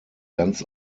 ganz